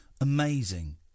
amazing